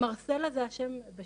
מרסלה זה השם של